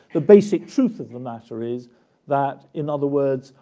the basic truth of the matter is that, in other words,